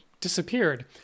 disappeared